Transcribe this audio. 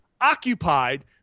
occupied